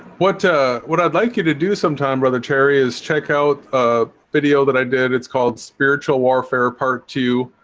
what ah what i'd like you to do sometime brother cherry is check out a video that i did. it's called spiritual warfare part to